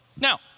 Now